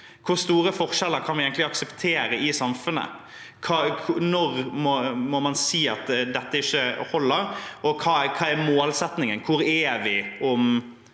Hvor store forskjeller kan vi egentlig akseptere i samfunnet? Når må man si at dette ikke holder? Hva er målsettingen – hvor er vi om